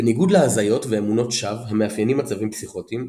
בניגוד להזיות ואמונות שווא המאפיינים מצבים פסיכוטיים,